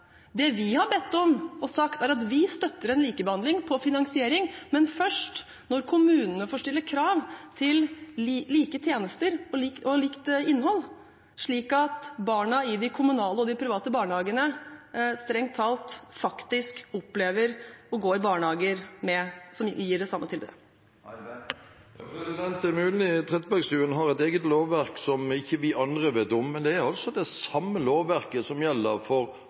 Det vi har bedt om, og sagt, er at vi støtter en likebehandling når det gjelder finansiering, men først når kommunene får stille krav til like tjenester og likt innhold, slik at barna i de kommunale barnehagene og i de private barnehagene strengt tatt faktisk opplever å gå i barnehager som gir det samme tilbudet. Det er mulig Trettebergstuen har et eget lovverk som ikke vi andre vet om, men det er altså det samme lovverket som gjelder for